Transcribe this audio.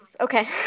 Okay